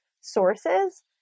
sources